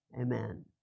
Amen